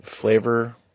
flavor